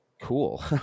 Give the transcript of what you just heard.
cool